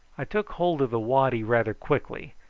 i took hold of the waddy rather quickly,